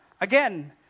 again